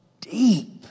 deep